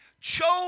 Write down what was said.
chose